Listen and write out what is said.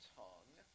tongue